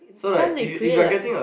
can't they create like